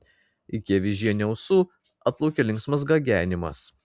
iki avižienio ausų atplaukė linksmas gagenimas